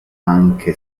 anche